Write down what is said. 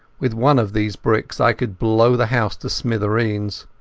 with one of these bricks i could blow the house to smithereens.